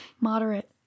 moderate